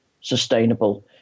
sustainable